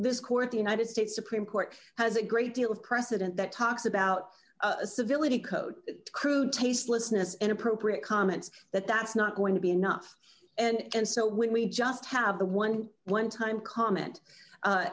this court the united states supreme court has a great deal of precedent that talks about a civility code crude tastelessness inappropriate comments that that's not going to be enough and so when we just have the eleven time comment a